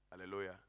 Hallelujah